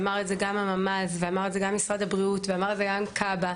ואמר את זה גם הממ"ז וגם משרד הבריאות וגם כב"ה,